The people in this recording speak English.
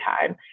time